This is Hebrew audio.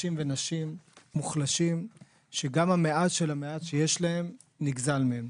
אנשים ונשים מוחלשים שגם המעט של המעט שיש להם נגזל מהם.